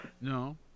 No